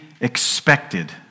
expected